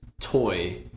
toy